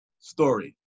Story